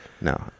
No